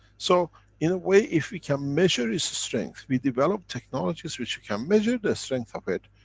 so in a way, if we can measure its strength, we develop technologies which we can measure the strength of it,